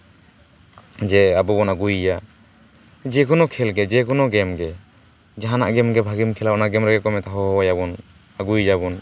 ᱡᱮ ᱟᱵᱚ ᱵᱚᱱ ᱟᱜᱩᱭᱮᱭᱟ ᱡᱮᱠᱳᱱᱳ ᱠᱷᱮᱞ ᱜᱮ ᱡᱮ ᱠᱳᱱᱳ ᱜᱮᱢ ᱜᱮ ᱡᱟᱦᱟᱱᱟᱜ ᱜᱮ ᱨᱮᱜᱮ ᱵᱷᱟᱜᱮᱢ ᱠᱷᱮᱞᱟ ᱚᱱᱟ ᱜᱮᱢ ᱨᱮᱜᱮᱠᱚ ᱢᱮᱛᱟ ᱦᱚᱦᱚᱣᱟᱭᱟ ᱵᱚᱱ ᱟᱹᱜᱩᱭ ᱭᱮᱭᱟᱵᱚᱱ